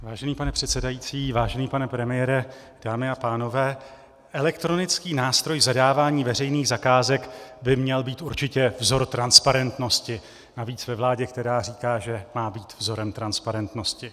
Vážený pane předsedající, vážený pane premiére, dámy a pánové, elektronický nástroj zadávání veřejných zakázek by měl být určitě vzorem transparentnosti, navíc ve vládě, která říká, že má být vzorem transparentnosti.